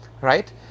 right